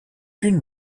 une